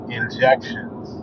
injections